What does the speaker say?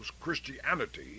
Christianity